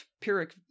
pyrrhic